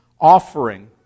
offering